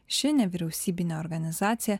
ši nevyriausybinė organizacija